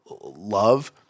love